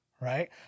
right